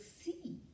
see